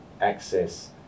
access